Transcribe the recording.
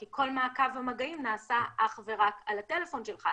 כי כל מעקב המגעים נעשה אך ורק על הטלפון שלך.